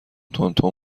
تندتند